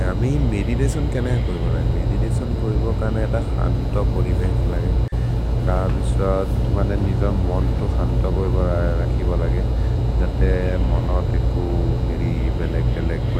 अमि मेदिततिओन् कने ह कोइबोल, मेदिततिओन् कोइबोल कन एत खन्त परिबेश् लगे, द अबिस्वद् मने निजन् मन्तु खन्त कोइबोल रखिब लगे, जते मन तेकु हेरि बेलेक् बेलेक्